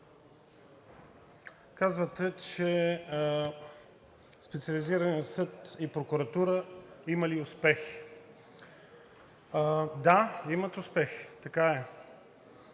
казвате, че Специализираният съд и прокуратура имали успехи. Да, имат успехи, така е.